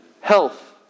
health